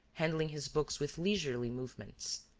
handling his books with leisurely movements.